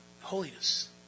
Holiness